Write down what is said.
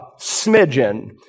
smidgen